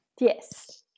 Yes